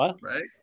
Right